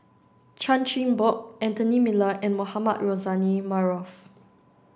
Chan Chin Bock Anthony Miller and Mohamed Rozani Maarof